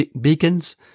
beacons